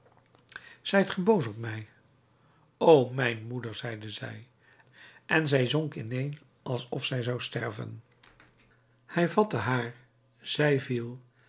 zijt ge boos op mij o mijn moeder zeide zij en zij zonk ineen alsof zij zou sterven hij vatte haar zij viel